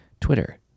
Twitter